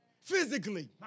Physically